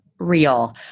real